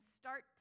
start